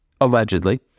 allegedly